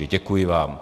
Děkuji vám.